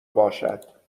باشد